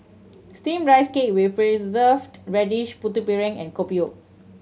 Steamed Rice Cake with Preserved Radish Putu Piring and Kopi O